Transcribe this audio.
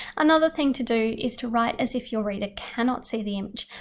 another thing to do is to write as if your reader cannot see the image.